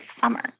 summer